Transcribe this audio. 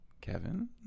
Kevin